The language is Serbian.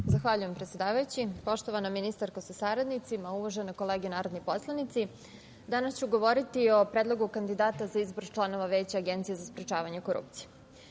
Zahvaljujem, predsedavajući. Poštovana ministarko sa saradnicima, uvažene kolege narodni poslanici, danas ću govoriti o predlogu kandidata za izbor članova Veća Agencije za sprečavanje korupcije. Mi